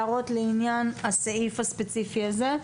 הערות לעניין הסעיף הספציפי הזה?